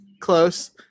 Close